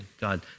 God